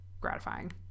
gratifying